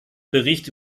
bericht